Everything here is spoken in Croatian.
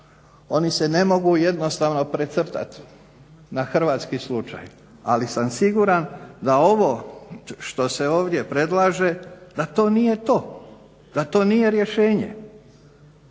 Oni se ne mogu jednostavno precrtati na hrvatski slučaj, ali sam siguran da ovo što se ovdje predlaže da to nije to, da to nije rješenje.